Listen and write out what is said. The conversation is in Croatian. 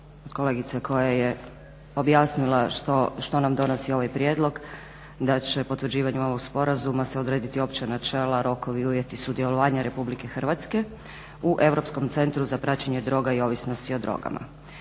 kolegice koja je objasnila što nam donosi ovaj prijedlog da će potvrđivanjem ovog sporazuma se odrediti opća načela, rokovi, uvjeti sudjelovanja RH u Europskom centru za praćenje droga i ovisnosti o drogama.